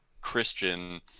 Christian